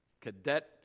cadet